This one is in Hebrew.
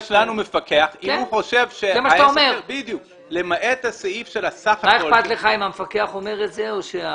השאלה אם אפשר לדבר על הורדה של זה למחצית הסכום פחות או יותר.